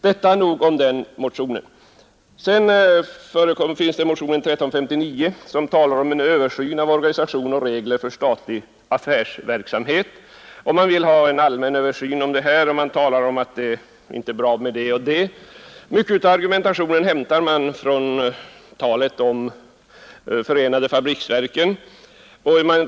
I motionen 1359 hemställs om en översyn av organisation och regler för statlig affärsverksamhet. Motionärerna säger att det och det inte är bra och hämtar därvid mycket av sin argumentering från förenade fabriksverken.